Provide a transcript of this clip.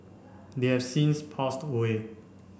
they have since passed away